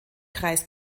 kreis